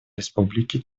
республики